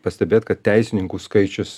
pastebėt kad teisininkų skaičius